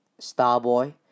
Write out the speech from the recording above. Starboy